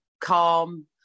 calm